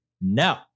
No